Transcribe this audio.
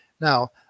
Now